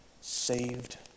saved